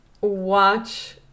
watch